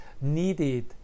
needed